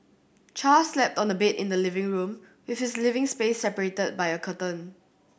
Char slept on a bed in the living room with his living space separated by a curtain